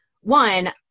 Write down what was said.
one